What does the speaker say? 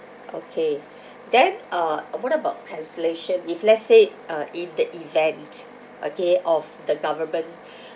okay then uh uh what about cancellation if let's say uh if the event okay of the government